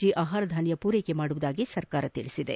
G ಆಹಾರಧಾನ್ನ ಪೂರೈಕೆ ಮಾಡುವುದಾಗಿ ಸರ್ಕಾರ ತಿಳಿಸಿದೆ